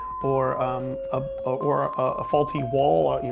or um ah or a faulty wall, ah you